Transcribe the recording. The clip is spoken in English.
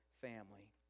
family